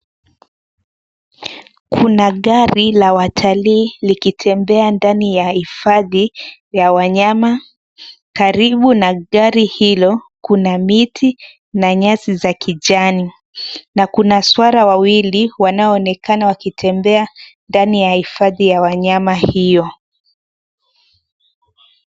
Kuna gari la watalii likitembea ndani ya hifadhi ya wanyama. Karibu na gari hilo kuna miti na nyasi za kijani na kuna swara wawili wanaoonekana wakitembea ndani ya hifadhi ya wanyama hiyo.